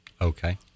Okay